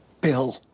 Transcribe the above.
Bill